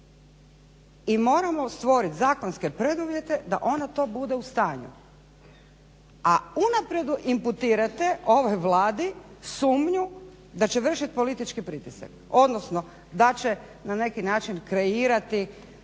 i moramo stvorit zakonske preduvjete da ona to bude u stanju. A unaprijed imputirate ovoj Vladi sumnju da će vršit politički pritisak, odnosno da će na neki način kreirati,